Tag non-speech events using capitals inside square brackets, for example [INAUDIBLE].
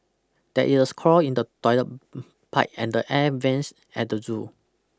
there is a clog in the toilet [NOISE] pipe and air vents at the zoo